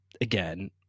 Again